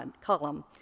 column